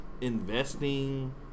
investing